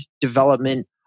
development